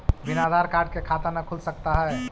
बिना आधार कार्ड के खाता न खुल सकता है?